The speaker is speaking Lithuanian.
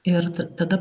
ir tada